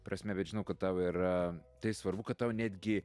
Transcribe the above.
prasme bet žinau kad tau yra tai svarbu kad tau netgi